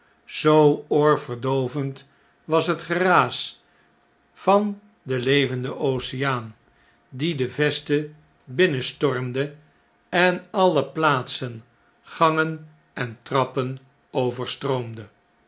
zoo oorverdoovend was het geraas van den levenden oceaan die de veste binnenstormde en alle plaatsen gangen en trappen